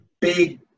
big